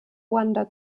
ruanda